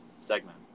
segment